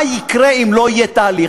מה יקרה אם לא יהיה תהליך.